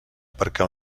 perquè